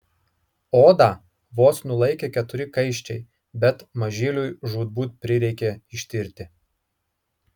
odą vos nulaikė keturi kaiščiai bet mažyliui žūtbūt prireikė ištirti